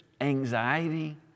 anxiety